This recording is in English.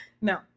No